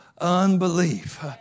unbelief